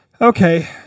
Okay